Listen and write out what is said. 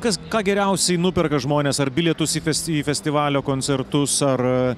kas ką geriausiai nuperka žmonės ar bilietus į festi į festivalio koncertus ar